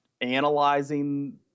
analyzing